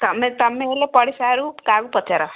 ତୁମେ ତୁମେ ହେଲେ ପଡ଼ିଶା ଘରକୁ କାହାକୁ ପଚାର